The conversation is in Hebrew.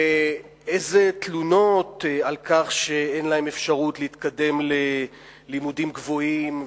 ואיזה תלונות על כך שאין להם אפשרות להתקדם ללימודים גבוהים,